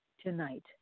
tonight